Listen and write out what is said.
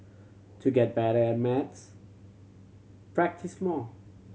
to get better at maths practise more